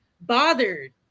bothered